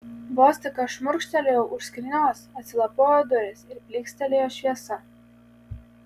vos tik aš šmurkštelėjau už skrynios atsilapojo durys ir plykstelėjo šviesa